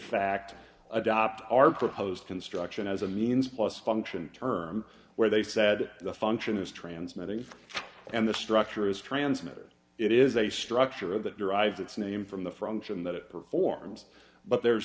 fact adopt our proposed construction as a means plus function term where they said the function is transmitted and the structure is transmitted it is a structure that derives its name from the french in that it performs but there's